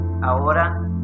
ahora